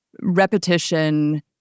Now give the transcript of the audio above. repetition